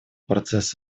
процесс